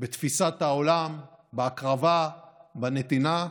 בתפיסת העולם, בהקרבה, בנתינה.